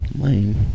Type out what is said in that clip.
Lame